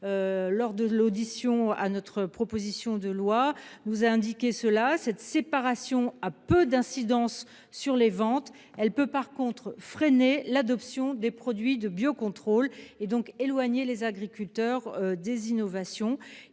remise à l'occasion de cette proposition de loi, nous a indiqué que cette séparation avait peu d'incidences sur les ventes. Elle peut en revanche freiner l'adoption des produits de biocontrôle et ainsi éloigner les agriculteurs des innovations.